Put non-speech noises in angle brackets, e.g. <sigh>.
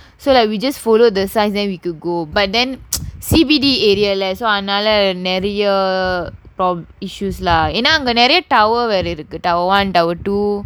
so like we just follow the signs then we could go but then <noise> C_B_D area leh so அதனால நெறைய:athanaala neraiya problems issues lah ஏன்னா அங்க நெறைய:yaennaa anga neraiya tower வேற இருக்கு:vera irukku tower one tower two